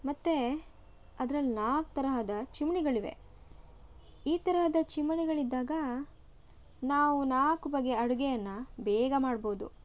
ಮತ್ತೆ ಅದ್ರಲ್ಲಿ ನಾಲ್ಕು ಥರಹದ ಚಿಮಿಣಿಗಳಿವೆ ಈ ಥರಹದ ಚಿಮಣಿಗಳಿದ್ದಾಗ ನಾವು ನಾಲ್ಕು ಬಗೆ ಅಡುಗೆಯನ್ನು ಬೇಗ ಮಾಡ್ಬೋದು